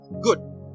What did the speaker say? Good